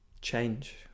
change